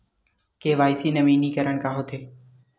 KYC नवीनीकरण का होथे?